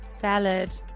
valid